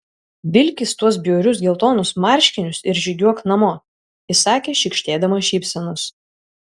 vilkis tuos bjaurius geltonus marškinius ir žygiuok namo įsakė šykštėdama šypsenos